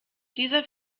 dieser